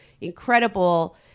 incredible